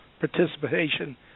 participation